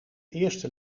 eerste